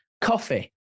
coffee